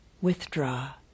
withdraw